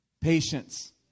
patience